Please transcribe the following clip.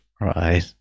Right